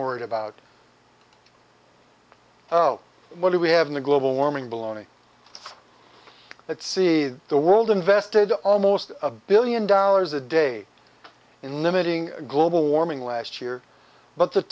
worried about oh what do we have in the global warming baloney that see the world invested almost a billion dollars a day in limiting global warming last year but the